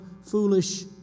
foolish